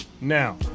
Now